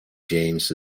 james